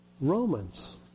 Romans